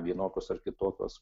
vienokios ar kitokios